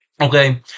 Okay